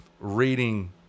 reading